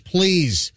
Please